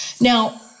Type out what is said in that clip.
Now